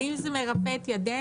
האם זה מרפה את ידינו?